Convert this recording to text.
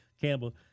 Campbell